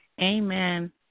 Amen